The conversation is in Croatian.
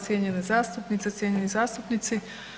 Cijenjene zastupnice, cijenjeni zastupnici.